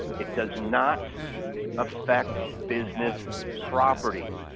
it does not affect business property.